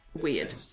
Weird